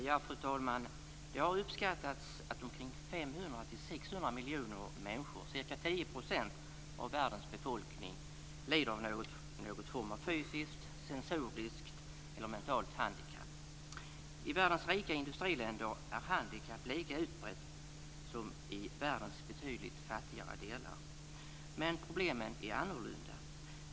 Fru talman! Det har uppskattats att 500-600 miljoner människor, ca 10 % av världens befolkning, lider av någon form av fysiskt, sensoriskt eller mentalt handikapp. I världens rika industriländer är handikapp lika utbrett som i världens betydligt fattigare delar. Men problemen är annorlunda.